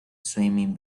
swimming